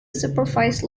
supervise